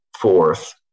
fourth